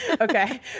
okay